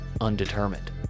undetermined